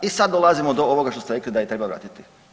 I sad dolazimo do ovoga što ste rekli da je treba vratiti.